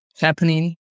happening